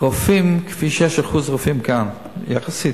רופאים כפי שיש אחוז רופאים כאן, יחסית.